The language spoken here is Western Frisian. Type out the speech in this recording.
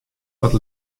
wat